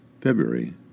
February